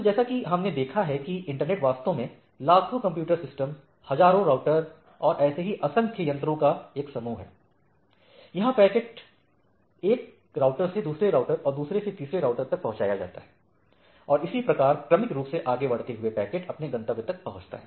तो जैसे कि हमने देखा है कि इंटरनेट वास्तव में लाखों कंप्यूटर सिस्टम हजारों राउटर और ऐसे ही असंख्य यंत्रों का एक समूह है जहां पैकेटसंदेश एक राउटर से दूसरे राउटर और दूसरे से तीसरे तक पहुंचाया जाता है और इसी प्रकार क्रमिक रूप से आगे बढ़ते हुए पैकेट अपने गंतव्य तक पहोचता है